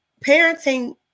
parenting